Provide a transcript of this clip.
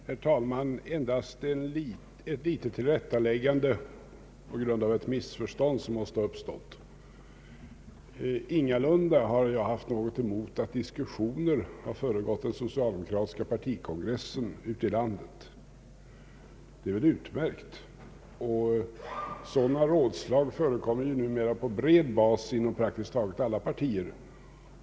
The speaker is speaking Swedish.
Herr talman! Endast ett litet tillrättaläggande på grund av ett missförstånd som måste ha uppstått. Ingalunda har jag haft något emot att diskussioner ute i landet har föregått den socialdemokratiska partikongressen. Det är väl alldeles utmärkt att så har skett, och sådana rådslag förekommer ju numera på bred bas inom praktiskt taget alla partier.